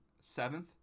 seventh